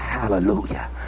Hallelujah